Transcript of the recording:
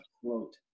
quote